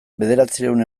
bederatziehun